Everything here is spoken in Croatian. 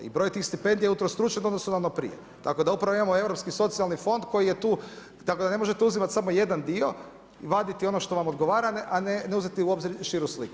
I broj tih stipendija je utrostručen u odnosu na ono prije tako da upravo imamo Europski socijalni fond koji je tu, tako da ne možete uzimati samo jedan dio, vaditi što vam odgovara a ne uzeti u obzir širu sliku.